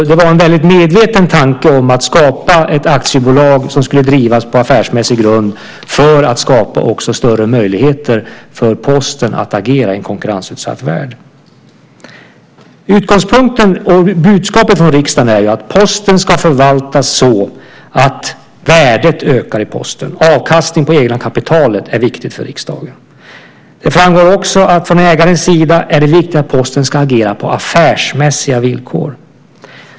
Det var en väldigt medveten tanke att skapa ett aktiebolag som skulle drivas på affärsmässig grund för att skapa också större möjligheter för Posten att agera i en konkurrensutsatt värld. Utgångspunkten och budskapet från riksdagen är att Posten ska förvaltas så att värdet ökar i Posten. Avkastning på det egna kapitalet är viktigt för riksdagen. Det framgår också att det från ägarens sida är viktigt att Posten ska agera på affärsmässiga villkor.